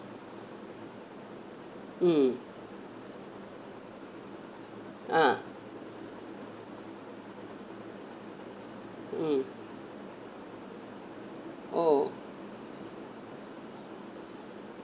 mm ah mm oh